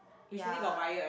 yea